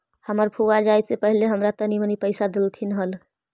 हमर फुआ जाए से पहिले हमरा तनी मनी पइसा डेलथीन हल